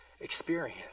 experience